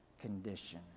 condition